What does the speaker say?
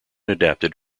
adapted